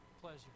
pleasure